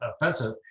offensive